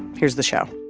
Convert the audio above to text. here's the show